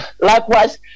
likewise